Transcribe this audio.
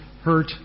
hurt